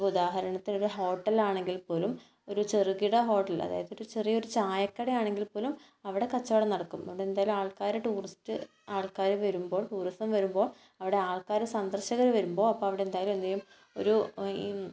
ഇപ്പോൾ ഉദാഹരണത്തിന് ഒരു ഹോട്ടൽ ആണെങ്കിൽ പോലും ഒരു ചെറുകിട ഹോട്ടൽ അതായത് ഒരു ചെറിയ ഒരു ചായക്കട ആണെങ്കിൽ പോലും അവിടെ കച്ചവടം നടക്കും അത് എന്തായാലും ആൾക്കാർ ടൂറിസ്റ്റ് ആൾക്കാർ വരുമ്പോൾ ടൂറിസം വരുമ്പോൾ അവിടെ ആൾക്കാർ സന്ദർശകർ വരുമ്പോൾ അപ്പോൾ അവിടെ എന്തായാലും എന്തുചെയ്യും ഒരു